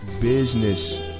business